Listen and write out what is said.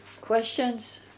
questions